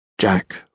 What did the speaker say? Jack